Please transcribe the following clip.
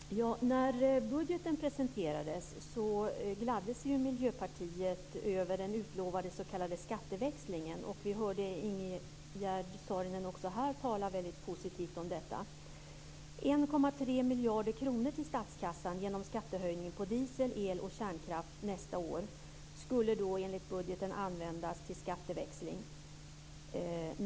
Fru talman! När budgeten presenterades gladde sig ju Miljöpartiet över den utlovade s.k. skatteväxlingen. Vi hörde också Ingegerd Saarinen här tala väldigt positivt om detta. 1,3 miljarder kronor till statskassan genom skattehöjningen på diesel, el och kärnkraft nästa år skulle enligt budgeten användas till skatteväxling.